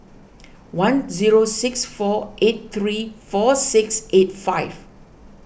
one zero six four eight three four six eight five